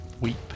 Weep